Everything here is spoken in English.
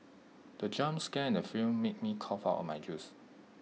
the jump scare in the film made me cough out my juice